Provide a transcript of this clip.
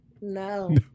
No